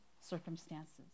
circumstances